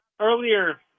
Earlier